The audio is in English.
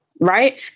Right